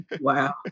wow